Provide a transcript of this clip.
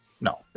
No